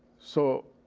so,